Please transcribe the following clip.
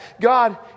God